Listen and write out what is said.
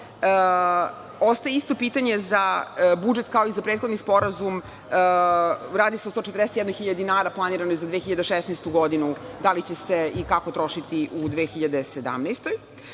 Ostaje isto pitanje za budžet kao i za prethodni sporazum. Radi se o 141.000 dinara planiranoj za 2016. godinu, da li će se i kako trošiti u 2017.